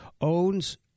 owns